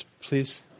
please